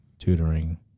tutoring